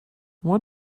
what